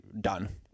done